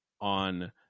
on